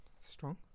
Strong